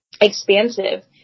expansive